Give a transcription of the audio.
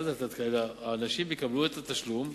אז האנשים יקבלו את התשלום,